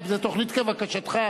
זו תוכנית כבקשתך?